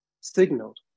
signaled